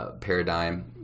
paradigm